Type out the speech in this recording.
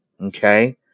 Okay